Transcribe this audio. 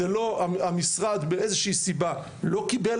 זה לא המשרד באיזושהי סיבה לא קיבל